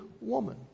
woman